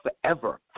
forever